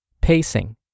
pacing